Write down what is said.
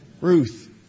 Ruth